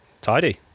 Tidy